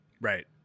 right